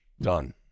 done